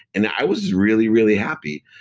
and i was really, really happy.